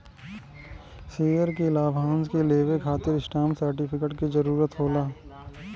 share के लाभांश के लेवे खातिर स्टॉप सर्टिफिकेट के जरूरत होला